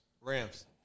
Rams